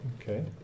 Okay